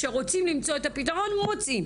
כשרוצים למצוא את הפתרון מוצאים.